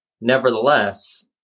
Nevertheless